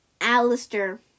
alistair